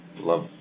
Love